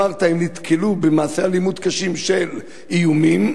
אמרת: הם נתקלו במעשי אלימות קשים של איומים,